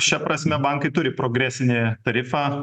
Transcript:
šia prasme bankai turi progresinį tarifą